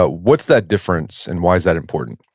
but what's that difference, and why is that important?